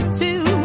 two